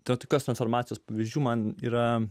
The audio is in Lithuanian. tad kas informacijos pavyzdžių man yra